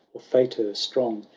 or faitour stronjif.